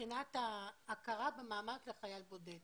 מבחינת ההכרה במעמד של חייל בודד?